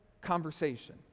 conversation